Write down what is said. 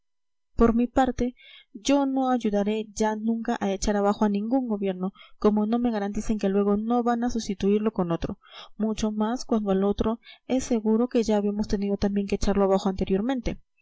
por mi parte yo no ayudaré ya nunca a echar abajo a ningún gobierno como no me garanticen que luego no van a sustituirlo con otro mucho más cuando al otro es seguro que ya habíamos tenido también que echarlo abajo anteriormente